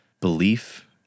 belief